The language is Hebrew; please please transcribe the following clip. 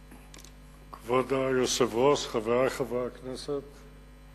כבוד היושב-ראש, חברי חברי הכנסת,